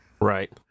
Right